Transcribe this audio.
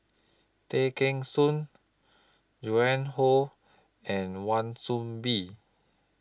Tay Kheng Soon Joan Hon and Wan Soon Bee